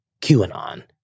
QAnon